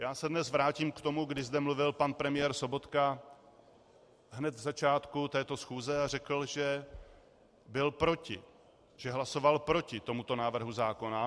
Já se dnes vrátím k tomu, kdy zde mluvil pan premiér Sobotka hned v začátku této schůze a řekl, že byl proti, že hlasoval proti tomuto návrhu zákona.